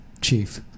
chief